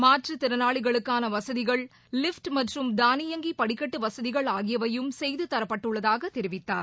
மாற்றுதிறனாளிகளுக்கான வசதிகள் லிப்ட் மற்றும் தானியங்கி படிக்கட்டு வசதிகள் ஆகியவையும் செய்து தரப்பட்டுள்ளதாக தெரிவித்தார்